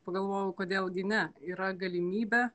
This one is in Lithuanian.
pagalvojau kodėl gi ne yra galimybė